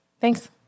Thanks